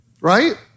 right